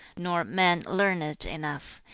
nor men learned enough.